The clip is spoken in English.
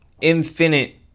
infinite